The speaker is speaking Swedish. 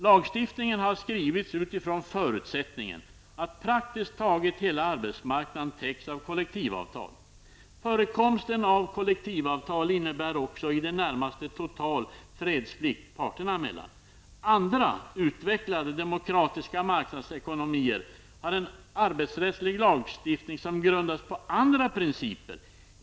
Lagstiftningen har skrivits utifrån förutsättningen att praktiskt taget hela arbetsmarknaden täcks av kollektivavtal. Förekomsten av kollektivavtal innebär också i det närmaste total fredsplikt parterna emellan. Andra utvecklade demokratiska marknadsekonomier har en arbetsrättslig lagstiftning som grundas på andra principer.